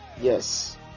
Yes